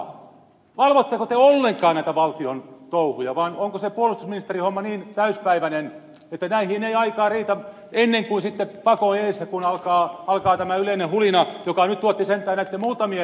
valvotteko te ollenkaan näitä valtion touhuja vai onko se puolustusministerin homma niin täyspäiväinen että näihin ei aikaa riitä ennen kuin sitten pakon edessä kun alkaa tämä yleinen hulina joka nyt tuotti sentään näitten muutamien äijien lähdön